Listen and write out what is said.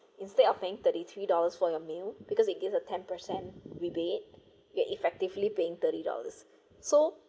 instead of paying thirty three dollars for your meal because it gives a ten percent rebate you are effectively paying thirty three dollars so